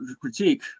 critique